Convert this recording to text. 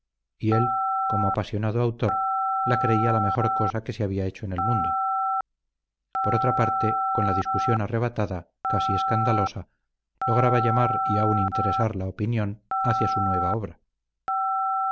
él como apasionado autor la creía la mejor cosa que se había hecho en el mundo por otra parte con la discusión arrebatada casi escandalosa lograba llamar y aun interesar la opinión hacia su nueva obra